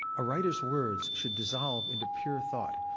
a writer's words should dissolve into pure thought.